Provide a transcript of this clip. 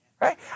right